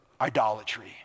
idolatry